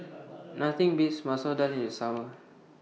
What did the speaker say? Nothing Beats Masoor Dal in The Summer